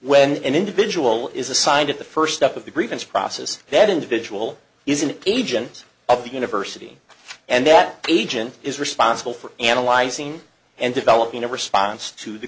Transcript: when an individual is assigned at the first step of the grievance process that individual is an agent of the university and that agent is responsible for analyzing and developing a response to the